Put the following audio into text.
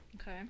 Okay